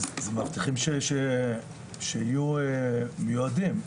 זה מאבטחים שיהיו מיועדים.